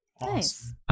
Nice